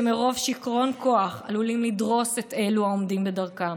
שמרוב שיכרון כוח עלולים לדרוס את העומדים בדרכם.